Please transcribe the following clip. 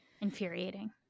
Infuriating